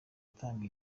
atanga